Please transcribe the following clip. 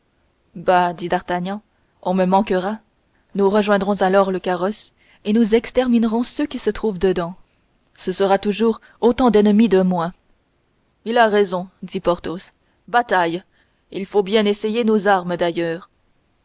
dit d'artagnan on me manquera nous rejoindrons alors le carrosse et nous exterminerons ceux qui se trouvent dedans ce sera toujours autant d'ennemis de moins il a raison dit porthos bataille il faut bien essayer nos armes d'ailleurs